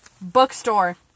Bookstore